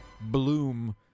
Bloom